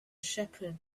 shepherd